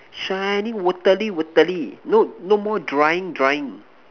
shining watery watery no no more drying drying